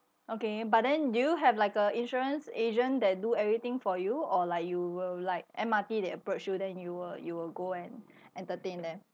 okay but then do you have like a insurance agent that do everything for you or like you will like M_R_T they approach you then you will you will go and entertain them